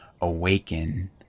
awaken